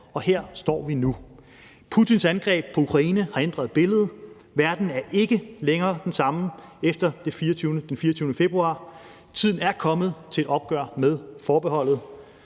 Og her står vi nu. Kl. 17:06 Putins angreb på Ukraine har ændret billedet. Verden er ikke længere den samme efter den 24. februar. Tiden er kommet til et opgør med forbeholdet.